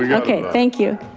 yeah okay, thank you.